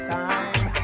time